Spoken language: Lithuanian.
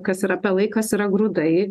kas yra pelai kas yra grūdai